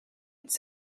its